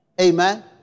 Amen